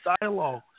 dialogue